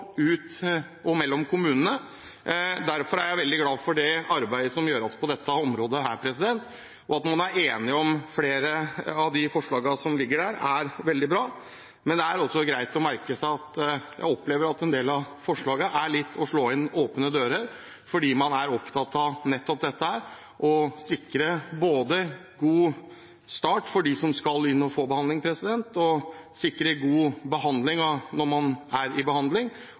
kommunene. Derfor er jeg veldig glad for arbeidet som gjøres på dette området, og det er veldig bra at man er enige om flere av forslagene. Men det er også greit å merke seg at jeg opplever at en del av forslagene er litt som å slå inn åpne dører, for man er opptatt av nettopp å sikre en god start for dem som skal inn og få behandling, sikre god behandling for dem som er i behandling, og sikre at de får god oppfølging når de kommer tilbake. Det er